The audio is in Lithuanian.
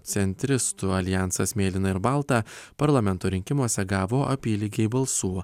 centristų aljansas mėlyna ir balta parlamento rinkimuose gavo apylygiai balsų